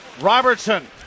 Robertson